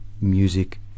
music